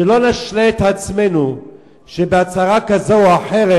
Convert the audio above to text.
שלא נשלה את עצמנו שבהצהרה כזאת או אחרת